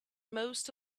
most